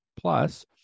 plus